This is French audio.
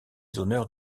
honneurs